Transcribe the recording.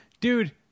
Dude